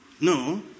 No